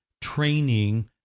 training